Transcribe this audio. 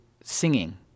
singing